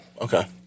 Okay